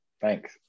thanks